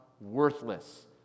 worthless